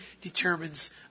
determines